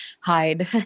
hide